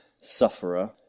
sufferer